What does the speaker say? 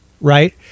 right